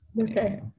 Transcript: Okay